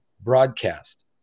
broadcast